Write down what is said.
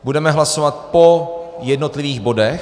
Budeme hlasovat po jednotlivých bodech.